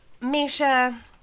Misha